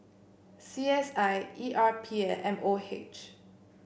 C S I E R P and M O H